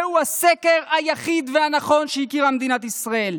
זהו הסקר היחיד והנכון שהכירה מדינת ישראל.